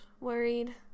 worried